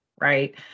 right